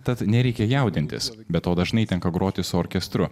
tad nereikia jaudintis be to dažnai tenka groti su orkestru